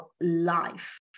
life